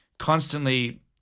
constantly